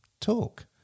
talk